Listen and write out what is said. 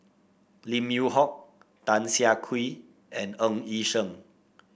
Lim Yew Hock Tan Siah Kwee and Ng Yi Sheng